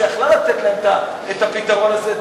שיכלה לתת להם את הפתרון הזה,